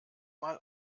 mal